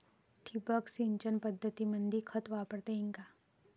ठिबक सिंचन पद्धतीमंदी खत वापरता येईन का?